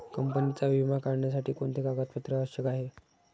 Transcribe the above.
कंपनीचा विमा काढण्यासाठी कोणते कागदपत्रे आवश्यक आहे?